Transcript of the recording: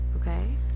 Okay